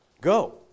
go